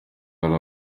hari